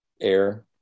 air